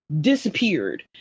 disappeared